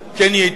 כן ייטב.